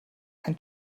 ein